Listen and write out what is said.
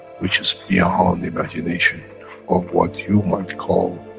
which is beyond imagination of what you might call,